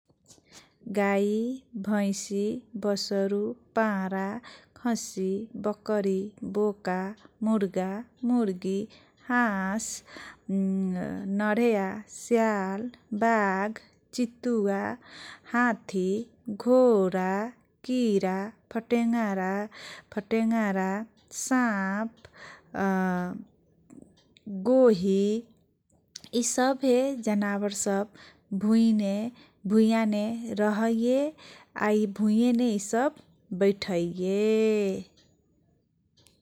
गाइ, भइसी, बसरु, पारा, खसी, बकरी, बोका, मुर्गा, मुर्गी, हास लर्हया, स्याल बाघ, चितुवा, हाथी, घोरा, किरा ,फटेङग्रा, फटेङग्रा, साप, गोही इसभे जनावर सब भुइने भुइयाने रहैये आ भुइने इसब बैठैये।